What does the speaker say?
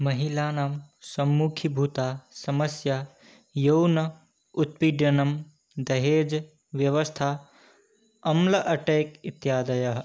महिलानां सम्मुखीभूता समस्या यौवन उत्पीडनं दहेज् व्यवस्था अम्ल अट्याक् इत्यादयः